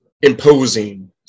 imposing